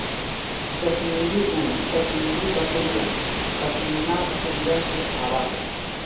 कश्मीरी ऊन कश्मीरी बकरियन, पश्मीना बकरिवन से आवा हई